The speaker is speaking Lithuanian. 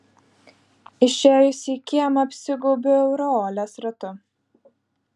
išėjusi į kiemą apsigaubiu aureolės ratu